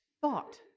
thought